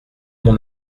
mon